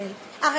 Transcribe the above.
אין שום אחריות?